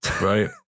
right